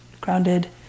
grounded